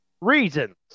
reasons